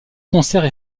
concerts